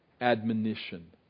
admonition